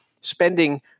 spending